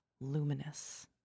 luminous